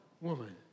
woman